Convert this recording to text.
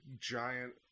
giant